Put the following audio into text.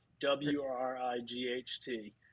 W-R-I-G-H-T